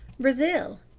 brazil.